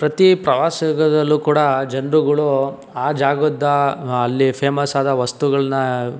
ಪ್ರತೀ ಪ್ರವಾಸದಲ್ಲು ಕೂಡ ಜನರುಗಳು ಆ ಜಾಗದ ಅಲ್ಲಿ ಫೇಮಸ್ ಆದ ವಸ್ತುಗಳನ್ನ